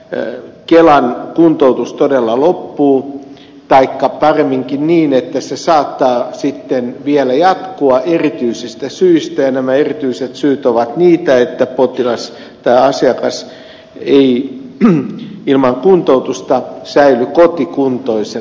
kelan kuntoutus todella loppuu taikka paremminkin niin että se saattaa sitten vielä jatkua erityisistä syistä ja nämä erityiset syyt ovat niitä että potilas tai asiakas ei ilman kuntoutusta säily kotikuntoisena